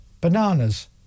Bananas